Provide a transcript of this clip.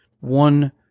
one